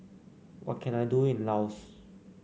what can I do in Laos